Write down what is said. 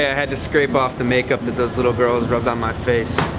ah had to scrape off the makeup that those little girls rub on my face